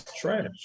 trash